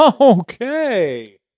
Okay